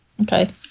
Okay